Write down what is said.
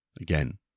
Again